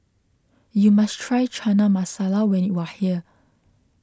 you must try Chana Masala when you are here